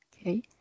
Okay